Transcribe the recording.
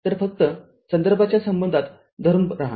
तर फक्त संदर्भाच्या संबंधात धरून रहा